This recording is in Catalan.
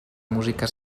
música